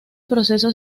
proceso